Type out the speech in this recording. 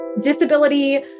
Disability